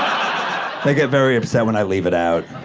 they get very upset when i leave it out.